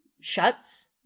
shuts